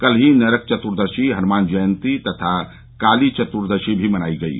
कल ही नरक चतुर्दशी हनुमान जयंती तथा काली चतुर्दशी भी मनायी गयी